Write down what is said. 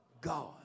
God